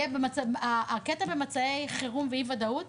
הקטע במצבי חירום ואי-ודאות,